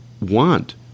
want